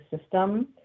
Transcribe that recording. system